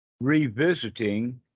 revisiting